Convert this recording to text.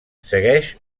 segueix